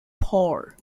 poor